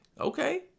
Okay